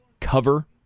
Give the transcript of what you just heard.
cover